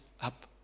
up